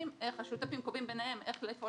והשותפים קובעים ביניהם איך לפעול